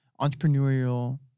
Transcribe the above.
entrepreneurial